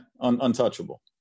untouchable